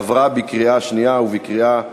עברה בקריאה שנייה ובקריאה שלישית.